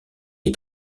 est